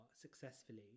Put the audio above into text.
successfully